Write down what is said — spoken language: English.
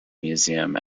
museum